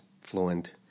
fluent